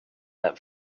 that